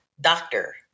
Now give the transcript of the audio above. doctor